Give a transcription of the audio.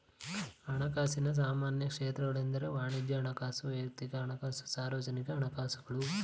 ಹಣಕಾಸಿನ ಸಾಮಾನ್ಯ ಕ್ಷೇತ್ರಗಳೆಂದ್ರೆ ವಾಣಿಜ್ಯ ಹಣಕಾಸು, ವೈಯಕ್ತಿಕ ಹಣಕಾಸು, ಸಾರ್ವಜನಿಕ ಹಣಕಾಸುಗಳು